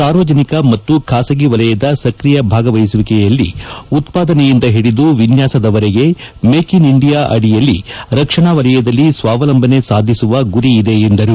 ಸಾರ್ವಜನಿಕ ಮತ್ತು ಖಾಸಗಿ ವಲಯದ ಸಕ್ರಿಯ ಭಾಗವಹಿಸುವಿಕೆಯಲ್ಲಿ ಉತ್ಸಾದನೆಯಿಂದ ಹಿಡಿದು ವಿನ್ಯಾಸದವರೆಗೆ ಮೇಕ್ ಇನ್ ಇಂಡಿಯಾ ಅಡಿಯಲ್ಲಿ ರಕ್ಷಣಾ ವಲಯದಲ್ಲಿ ಸ್ವಾವಲಂಬನೆ ಸಾಧಿಸುವ ಗುರಿ ಇದೆ ಎಂದರು